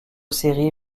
série